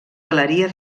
galeria